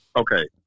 Okay